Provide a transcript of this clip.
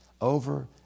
over